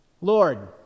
Lord